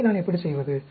அதை நான் எப்படி செய்வது